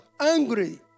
angry